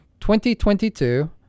2022